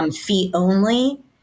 fee-only